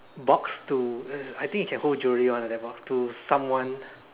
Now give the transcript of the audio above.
box to uh I think it can hold jewelry [one] lah that box to someone